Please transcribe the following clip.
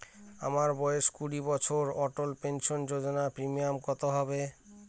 আমার বয়স কুড়ি বছর অটল পেনসন যোজনার প্রিমিয়াম কত হবে?